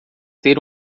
ter